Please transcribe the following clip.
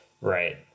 right